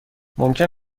ممکن